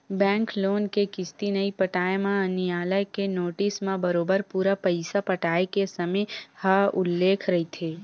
bank loan के किस्ती नइ पटाए म नियालय के नोटिस म बरोबर पूरा पइसा पटाय के समे ह उल्लेख रहिथे